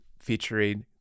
featuring